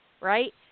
right